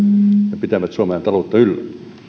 ja pitävät suomen taloutta yllä